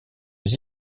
les